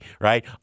right